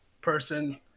person